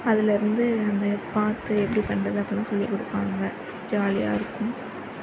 அதிலேருந்து அதை பார்த்து எப்படி பண்ணுறது அப்படிலாம் சொல்லி கொடுப்பாங்க ஜாலியாக இருக்கும்